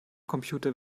computer